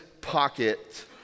pocket